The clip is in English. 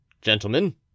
Gentlemen